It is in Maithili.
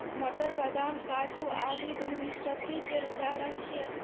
मटर, बदाम, काजू आदि द्विबीजपत्री केर उदाहरण छियै